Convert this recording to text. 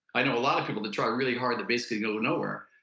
i know a lot of people that try really hard that basically go nowhere.